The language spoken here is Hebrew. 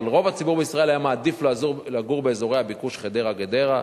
היה מעדיף לגור באזורי הביקוש חדרה גדרה.